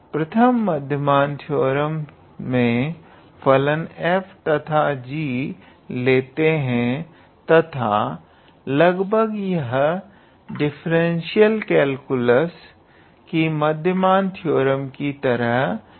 प्रथम मध्यमान थ्योरम मे फलन f तथा g लेते है तथा लगभग यह डिफरेंटीयल कैलकुलस की मध्यमान थ्योरम की तरह ही है